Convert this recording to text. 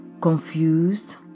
confused